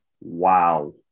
Wow